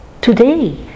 today